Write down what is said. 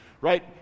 Right